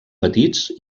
petits